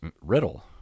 Riddle